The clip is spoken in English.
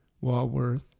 Walworth